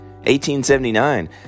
1879